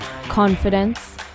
confidence